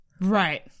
Right